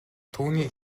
түүнийг